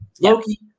Loki